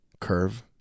Curve